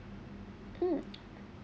good